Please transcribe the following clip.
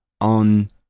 on